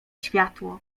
światło